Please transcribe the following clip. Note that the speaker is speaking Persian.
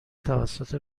توسط